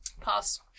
Pass